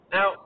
Now